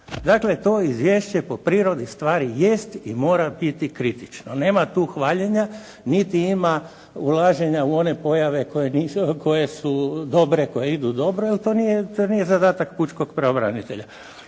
Dakle, to izvješće po prirodi stvari jest i mora biti kritično. Nema tu hvaljenja, niti ima ulaženja u one pojave koje su dobre, koje idu dobre, jer to nije zadatak pučkog pravobranitelja.